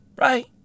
Right